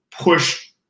push